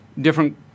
different